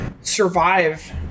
survive